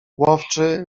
łowczy